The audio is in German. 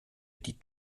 die